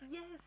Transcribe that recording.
Yes